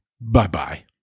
Bye-bye